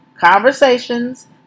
Conversations